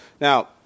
Now